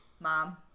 Mom